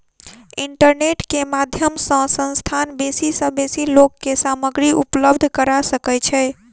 internet के माध्यम सॅ संस्थान बेसी सॅ बेसी लोक के सामग्री उपलब्ध करा सकै छै